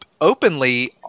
openly